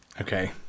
Okay